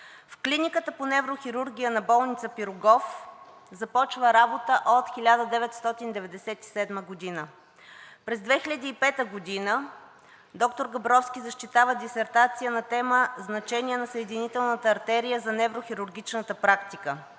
В Клиниката по неврохирургия на болница „Пирогов“ започва работа от 1997 г. През 2005 г. доктор Габровски защитава дисертация на тема „Значение на съединителната артерия за неврохирургичната практика“.